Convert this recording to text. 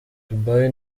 dubai